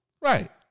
Right